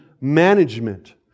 management